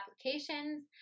applications